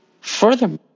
Furthermore